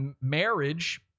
marriage